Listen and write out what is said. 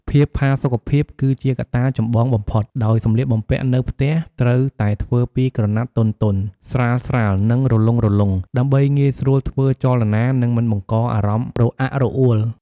ភាពផាសុកភាពគឺជាកត្តាចំបងបំផុត ដោយសម្លៀកបំពាក់នៅផ្ទះត្រូវតែធ្វើពីក្រណាត់ទន់ៗ ស្រាលៗ និងរលុងៗ ដើម្បីងាយស្រួលធ្វើចលនា និងមិនបង្កអារម្មណ៍រអាក់រអួល។